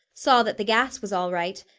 saw that the gas was all right,